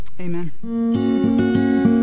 Amen